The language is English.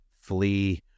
flee